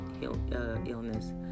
illness